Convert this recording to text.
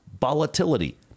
volatility